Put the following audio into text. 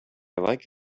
like